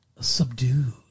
subdued